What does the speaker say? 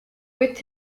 with